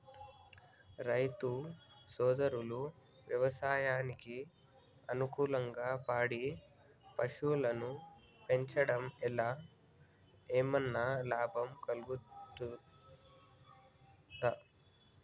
రైతు సోదరులు వ్యవసాయానికి అనుకూలంగా పాడి పశువులను పెంచడం వల్ల ఏమన్నా లాభం కలుగుతదా?